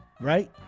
Right